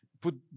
put